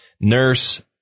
Nurse